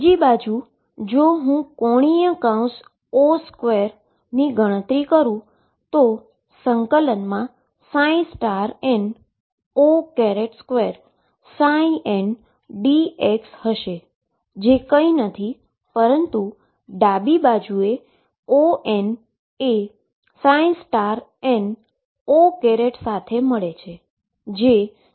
બીજી બાજુ જો હું ⟨O2⟩ ની ગણતરી કરું તો ∫nO2ndx હશે જે કંઈ નથી પરંતુ ડાબી બાજે એ On એ nO સાથે મળે છે